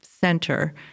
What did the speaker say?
center